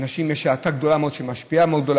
יש האטה גדולה מאוד שמשפיעה מאוד.